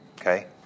okay